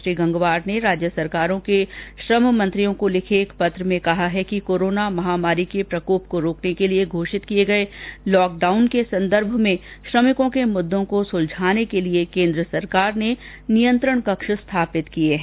श्री गंगवार ने राज्य सरकारों के श्रम मंत्रियों को लिखे एक पत्र में कहा है कि कोरोना महामारी के प्रकोप को रोकने के लिए घोषित किए गए लॉकडाउन के संदर्भ में श्रमिकों के मुद्दों को सुलझाने के लिए केंद्र सरकार ने नियंत्रण कक्ष स्थापित किए हैं